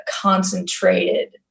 concentrated